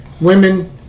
Women